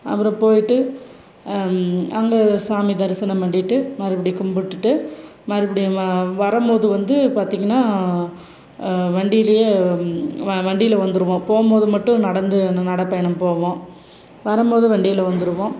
அப்புறம் போய்ட்டு அங்கே சாமி தரிசனம் பண்ணிட்டு மறுபடி கும்பிட்டுட்டு மறுபடியும் வரும் போது வந்து பார்த்திங்கனா வண்டிலேயே வண்டியில் வந்துடுவோம் போகும்போது மட்டும் நடந்து நடைப்பயணம் போவோம் வரும் போது வண்டியில் வந்துடுவோம்